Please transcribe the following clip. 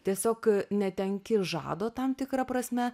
tiesiog netenki žado tam tikra prasme